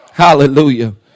Hallelujah